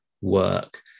work